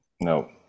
No